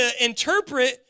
interpret